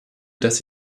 dass